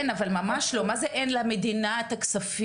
אני לא מזלזלת אפילו לשקל אחד של